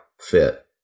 fit